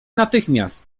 natychmiast